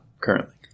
currently